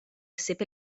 ħsieb